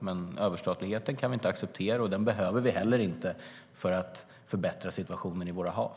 Men överstatligheten kan vi inte acceptera, och den behöver vi inte heller för att förbättra situationen i våra hav.